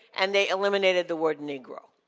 and they eliminated the word negro.